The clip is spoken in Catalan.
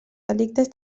delictes